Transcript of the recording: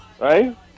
Right